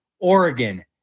Oregon